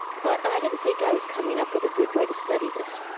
but i didn't think i was coming up with a good way to study this,